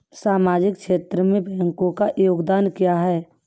सामाजिक क्षेत्र में बैंकों का योगदान क्या है?